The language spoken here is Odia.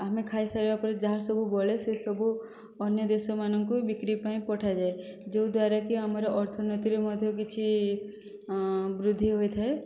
ଆମେ ଖାଇ ସାରିବା ପରେ ଯାହାସବୁ ବଳେ ସେସବୁ ଅନ୍ୟ ଦେଶମାନଙ୍କୁ ବିକ୍ରି ପାଇଁ ପଠାଯାଏ ଯେଉଁଦ୍ୱାରା କି ଆମର ଅର୍ଥନୀତିର ମଧ୍ୟ କିଛି ବୃଦ୍ଧି ହୋଇଥାଏ